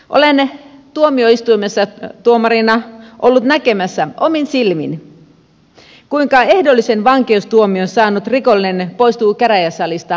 olen tuomioistuimessa tuomarina ollut näkemässä omin silmin kuinka ehdollisen vankeustuomion saanut rikollinen poistuu käräjäsalista nauraen